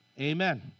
Amen